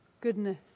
Goodness